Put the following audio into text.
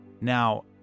Now